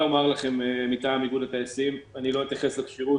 למרות שיכול להיות שהוא ייצא וימשיך חזרה.